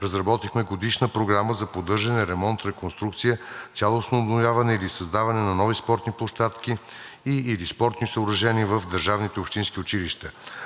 разработихме Годишна програма за поддържане, ремонт, реконструкция, цялостно обновяване или създаване на нови спортни площадки и/или спортни съоръжения в държавните общински училища.